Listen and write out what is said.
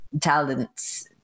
talents